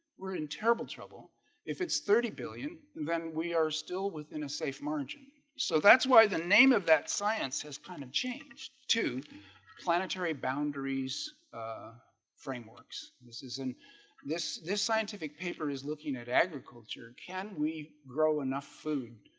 we're in terrible trouble if it's thirty billion and then we are still within a safe margin so that's why the name of that science has kind of changed to planetary boundaries frameworks, this is an this this scientific paper is looking at agriculture. can we grow enough food?